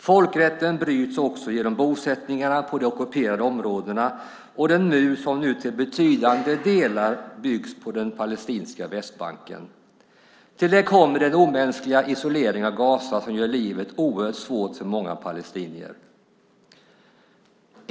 Folkrätten bryts också genom bosättningarna på de ockuperade områdena och den mur som nu till betydande delar byggs på den palestinska Västbanken. Till detta kommer den omänskliga isoleringen av Gaza som gör livet oerhört svårt för många palestinier.